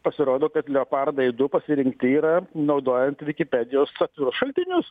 pasirodo kad leopardai du pasirinkti yra naudojant wikipedijos atvirus šaltinius